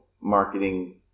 marketing